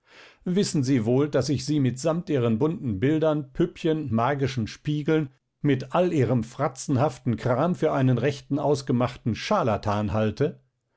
wissen sie wohl daß ich sie mitsamt ihren bunten bildern püppchen magischen spiegeln mit all ihrem fratzenhaften kram für einen rechten ausgemachten charlatan halte